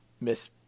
miss